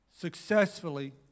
successfully